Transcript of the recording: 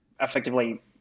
effectively